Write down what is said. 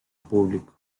público